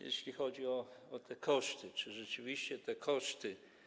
Jeśli chodzi o te koszty, czy rzeczywiście te koszty.